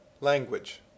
LANGUAGE